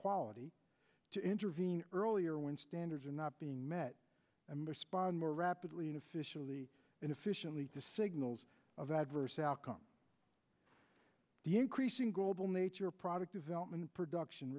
quality to intervene earlier when standards are not being met and respond more rapidly in officially and efficiently to signals of adverse outcomes the increasing global nature product development production